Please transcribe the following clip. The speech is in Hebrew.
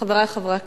חברי חברי הכנסת,